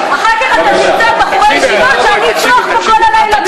אחר כך אתה תמצא בחורי ישיבות שיעמדו פה לצרוח כל הלילה בשבילך.